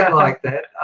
um like that,